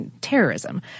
terrorism